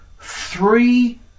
three